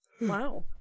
wow